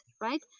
right